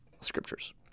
scriptures